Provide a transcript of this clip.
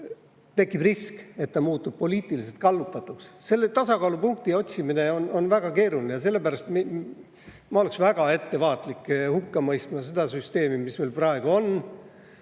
tekib risk, et see muutub poliitiliselt kallutatuks. Selle tasakaalupunkti otsimine on väga keeruline ja sellepärast ma oleksin väga ettevaatlik selle süsteemi hukkamõistmisega, mis meil praegu on.